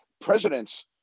presidents